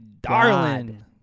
darling